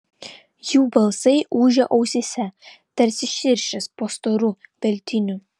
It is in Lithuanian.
jų balsai ūžė ausyse tarsi širšės po storu veltiniu